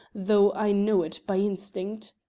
though i know it by instinct.